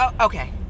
Okay